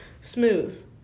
smooth